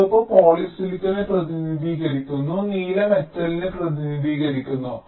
ചുവപ്പ് പോളിസിലിക്കണെ പ്രതിനിധീകരിക്കുന്നു നീല മെറ്റലിനെ പ്രതിനിധീകരിക്കുന്നു